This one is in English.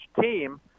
team